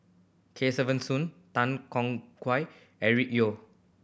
Kesavan Soon Tan Tong Eric Neo